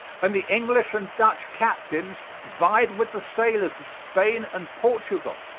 and the english and dutch captains vied with the sailors of spain and portugal.